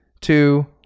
two